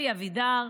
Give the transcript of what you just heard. אלי אבידר,